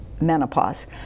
menopause